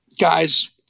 guys